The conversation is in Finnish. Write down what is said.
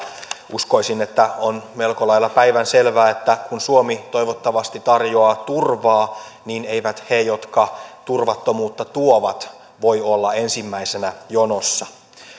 uskoisin että on melko lailla päivänselvää että kun suomi toivottavasti tarjoaa turvaa niin eivät he jotka turvattomuutta tuovat voi olla ensimmäisenä jonossa